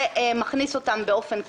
זה מכניס אותם באופן קבוע.